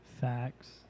Facts